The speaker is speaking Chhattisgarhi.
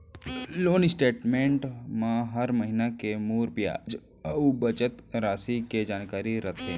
लोन स्टेट मेंट म हर महिना के मूर बियाज अउ बचत रासि के जानकारी रथे